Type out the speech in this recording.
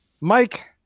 Mike